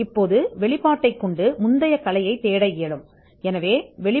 இப்போது வெளிப்படுத்தல் முந்தைய கலையைத் தேட பயன்படுத்தப்படலாம்